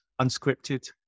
unscripted